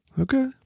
Okay